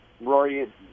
Rory